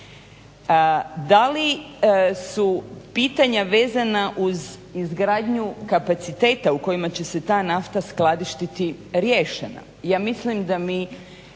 Da li su pitanja vezana uz izgradnju kapaciteta u kojima će se ta nafta skladištiti riješena?